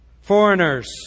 foreigners